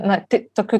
na tik tokiu